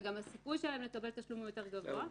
וגם הסיכוי שלהם לקבל תשלומים הוא יותר גבוה.